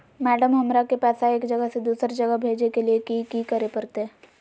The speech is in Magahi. मैडम, हमरा के पैसा एक जगह से दुसर जगह भेजे के लिए की की करे परते?